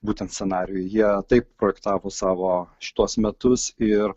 būtent scenarijui jie taip projektavo savo šituos metus ir